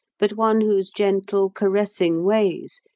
but one whose gentle, caressing ways,